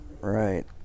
right